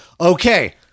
okay